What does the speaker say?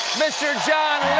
mr. john